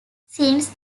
since